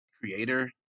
creator